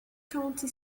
county